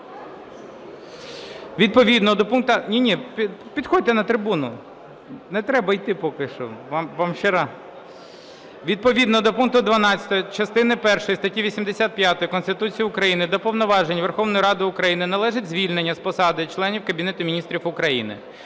Відповідно до пункту 12 частини першої статті 85 Конституції України до повноважень Верховної Ради України належить звільнення з посади членів Кабінету Міністрів України.